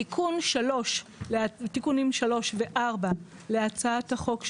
בתיקונים 3 ו-4 להצעת החוק,